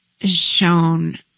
shown